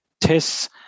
tests